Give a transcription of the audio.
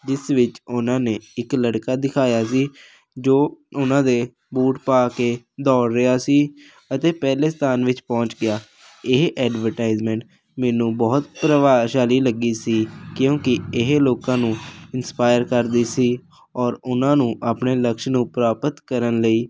ਜਿਸ ਵਿੱਚ ਉਹਨਾਂ ਨੇ ਇੱਕ ਲੜਕਾ ਦਿਖਾਇਆ ਸੀ ਜੋ ਉਨ੍ਹਾਂ ਦੇ ਬੂਟ ਪਾ ਕੇ ਦੌੜ ਰਿਹਾ ਸੀ ਅਤੇ ਪਹਿਲੇ ਸਥਾਨ ਵਿੱਚ ਪਹੁੰਚ ਗਿਆ ਇਹ ਐਡਵਰਟਾਈਜਮੈਂਟ ਮੈਨੂੰ ਬਹੁਤ ਪ੍ਰਭਾਵਸ਼ਾਲੀ ਲੱਗੀ ਸੀ ਕਿਉਂਕਿ ਇਹ ਲੋਕਾਂ ਨੂੰ ਇੰਸਪਾਇਰ ਕਰਦੀ ਸੀ ਔਰ ਉਹਨਾਂ ਨੂੰ ਆਪਣੇ ਲਕਸ਼ ਨੂੰ ਪ੍ਰਾਪਤ ਕਰਨ ਲਈ